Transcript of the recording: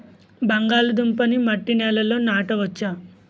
బంగాళదుంప నీ మట్టి నేలల్లో నాట వచ్చా?